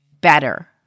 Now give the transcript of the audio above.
better